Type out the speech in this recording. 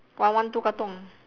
one one two katong